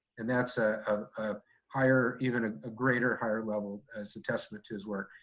and that's ah a higher, even ah a greater, higher level as a testament to his work.